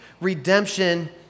redemption